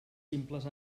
simples